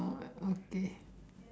oh okay